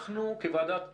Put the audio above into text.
אנחנו, כוועדת